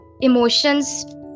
emotions